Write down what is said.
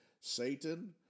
Satan